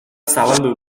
zabaldu